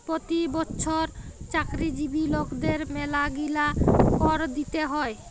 পতি বচ্ছর চাকরিজীবি লকদের ম্যালাগিলা কর দিতে হ্যয়